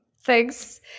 Thanks